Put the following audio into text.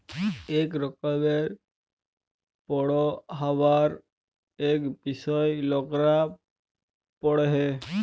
ইক রকমের পড়্হাবার ইক বিষয় লকরা পড়হে